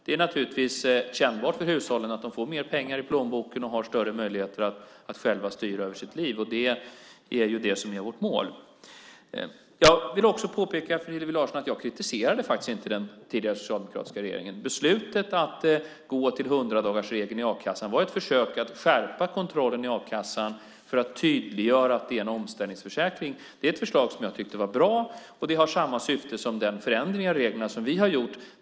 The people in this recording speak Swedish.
Det känns naturligtvis för hushållen när de får mer pengar i plånboken och större möjligheter att själva styra över sitt liv. Det är det som är vårt mål. Jag vill påpeka för Hillevi Larsson att jag inte kritiserade den tidigare socialdemokratiska regeringen. Beslutet att gå till hundradagarsregeln i a-kassan var ett försök att skärpa kontrollen i a-kassan för att tydliggöra att det är en omställningsförsäkring. Det är ett förslag som jag tyckte var bra. Det har samma syfte som den förändring av reglerna som vi har gjort.